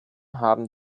haben